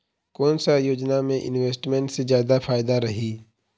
कोन सा योजना मे इन्वेस्टमेंट से जादा फायदा रही?